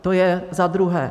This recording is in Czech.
To je za druhé.